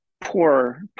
poor